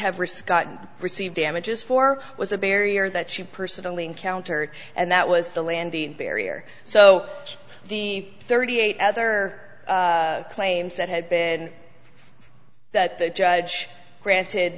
have or scott received damages for was a barrier that she personally encountered and that was the landing barrier so the thirty eight other claims that had been that the judge granted